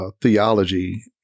theology